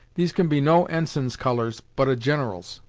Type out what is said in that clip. these can be no ensign's colours, but a gin'ral's!